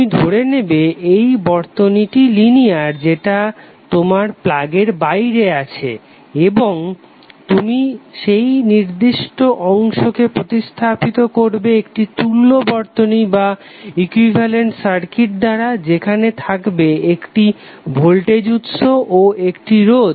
তুমি ধরে নেবে এই বর্তনীটি লিনিয়ার যেটা তোমার প্লাগের বাইরে আছে এবং তুমি সেই নির্দিষ্ট অংশকে প্রতিস্থাপিত করবে একটি তুল্য বর্তনীর দ্বারা যেখানে থাকবে একটি ভোল্টেজ উৎস ও একটি রোধ